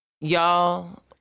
Y'all